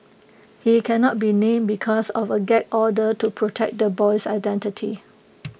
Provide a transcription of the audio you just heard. he cannot be named because of A gag order to protect the boy's identity